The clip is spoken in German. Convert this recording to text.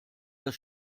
das